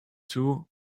two